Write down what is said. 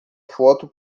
foto